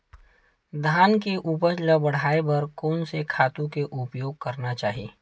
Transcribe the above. धान के उपज ल बढ़ाये बर कोन से खातु के उपयोग करना चाही?